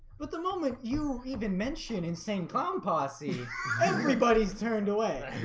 but the moment you even mention insane, clown posse everybody's turned away